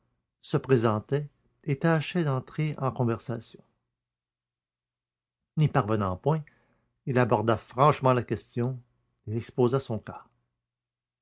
se présentait et tâchait d'entrer en conversation n'y parvenant point il aborda franchement la question et exposa son cas